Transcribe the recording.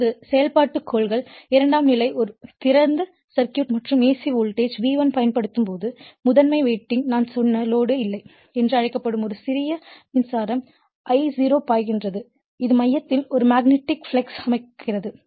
இப்போது செயல்பாட்டுக் கொள்கைகள் இரண்டாம் நிலை ஒரு திறந்த சர்க்யூட் மற்றும் AC வோல்டேஜ் V1 பயன்படுத்தப்படும்போது முதன்மை வைண்டிங்க்கு நான் சொன்னேன் லோடு இல்லை என்று அழைக்கப்படும் ஒரு சிறிய மின்சாரம் I0 பாய்கிறது இது மையத்தில் ஒரு மேக்னெட்டிக் ஃப்ளக்ஸ் அமைக்கிறது